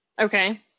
Okay